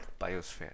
biosphere